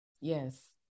Yes